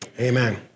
amen